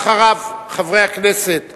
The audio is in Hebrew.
אחריו, חברי הכנסת